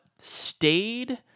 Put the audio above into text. stayed